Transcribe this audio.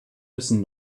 müssen